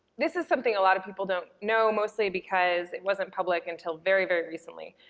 this is something a lot of people don't know mostly because it wasn't public until very, very recently.